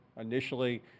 initially